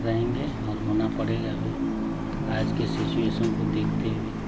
रहेंगे और होना पड़ेगा भी आज के सिचुएसन को देखते हुए